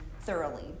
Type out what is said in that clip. thoroughly